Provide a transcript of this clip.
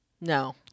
No